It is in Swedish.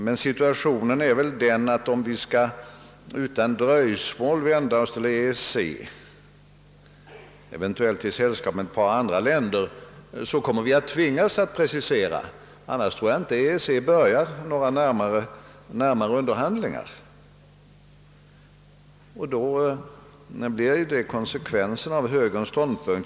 Men situationen är väl den att om vi utan dröjsmål skall vända oss till EEC — eventuellt i sällskap med ett par andra länder — kommer vi att tvingas att precisera; annars tror jag inte att EEC börjar några närmare underhandlingar. Detta blir alltså konsekvensen av högerns ståndpunkt.